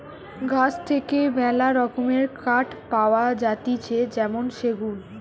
গাছ থেকে মেলা রকমের কাঠ পাওয়া যাতিছে যেমন সেগুন